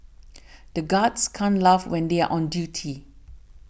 the guards can't laugh when they are on duty